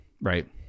right